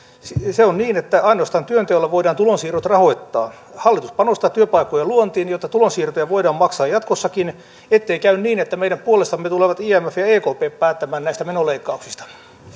se on niin että ainoastaan työnteolla voidaan tulonsiirrot rahoittaa hallitus panostaa työpaikkojen luontiin jotta tulonsiirtoja voidaan maksaa jatkossakin ettei käy niin että meidän puolestamme tulevat imf ja ekp päättämään näistä menoleikkauksista